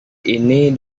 ini